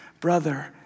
brother